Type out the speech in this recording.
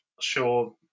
sure